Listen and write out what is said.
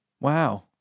Wow